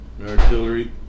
artillery